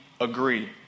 agree